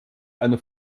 eine